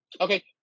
okay